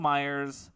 Myers